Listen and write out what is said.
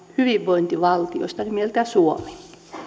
hyvinvointivaltiosta nimeltä suomi